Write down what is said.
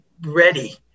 ready